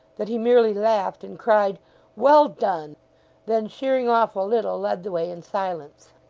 that he merely laughed, and cried well done then, sheering off a little, led the way in silence.